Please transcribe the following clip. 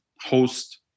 host